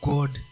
God